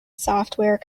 software